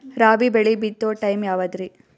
ರಾಬಿ ಬೆಳಿ ಬಿತ್ತೋ ಟೈಮ್ ಯಾವದ್ರಿ?